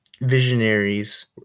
visionaries